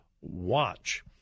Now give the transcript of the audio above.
watch